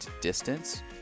distance